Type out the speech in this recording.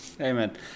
Amen